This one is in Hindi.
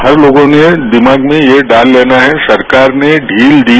हर तोगों ने दिमाग में यह डाल तेना है सरकार ने बील दी